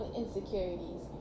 insecurities